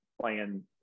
playing